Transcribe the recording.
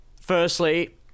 firstly